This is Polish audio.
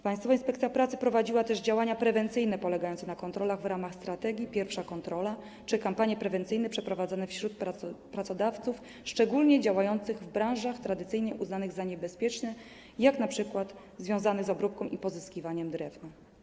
Państwowa Inspekcja Pracy prowadziła też działania prewencyjne polegające na kontrolach w ramach strategii pierwszej kontroli czy kampanie prewencyjne wśród pracodawców, szczególnie działających w branżach tradycyjnie uznanych za niebezpieczne, np. związanych z obróbką i pozyskiwaniem drewna.